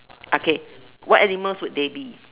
okay what animals would they be